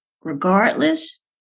regardless